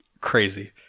Crazy